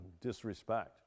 Disrespect